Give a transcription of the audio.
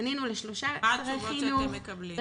פנינו לשלושה שרי חינוך בבקשה --- מה התשובות שאתם מקבלים?